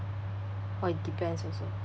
or it depends also